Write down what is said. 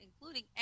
including